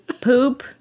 poop